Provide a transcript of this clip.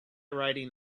riding